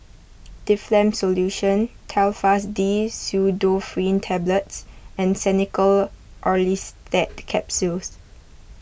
Difflam Solution Telfast D Pseudoephrine Tablets and Xenical Orlistat Capsules